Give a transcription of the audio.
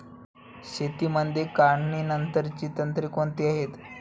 शेतीमध्ये काढणीनंतरची तंत्रे कोणती आहेत?